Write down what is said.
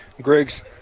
Griggs